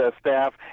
staff